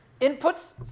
inputs